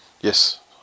Yes